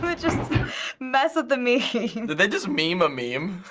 but just mess with the meme. did they just meme a meme?